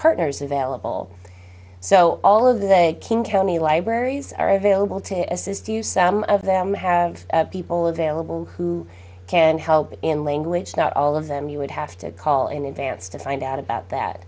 partners available so all of the king county libraries are available to assist you some of them have people available who can help in language not all of them you would have to call in advance to find out about that